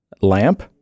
Lamp